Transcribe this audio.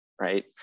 right